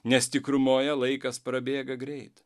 nes tikrumoje laikas prabėga greit